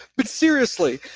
but seriously,